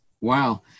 Wow